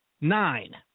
nine